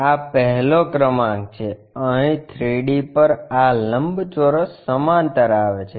આ પહેલો ક્રમાંક છે અહી 3D પર આ લંબચોરસ સમાંતર આવે છે